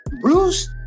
Bruce